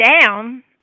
down